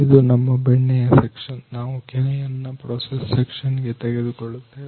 ಇದು ನಮ್ಮ ಬೆಣ್ಣೆಯ ಸೆಕ್ಷನ್ ನಾವು ಕೆನೆಯನ್ನು ಪ್ರೋಸೆಸ್ ಸೆಕ್ಷನ್ ಗಾಗಿ ತೆಗೆದುಕೊಳ್ಳುತ್ತೇವೆ